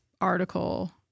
article